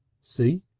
see?